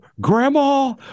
grandma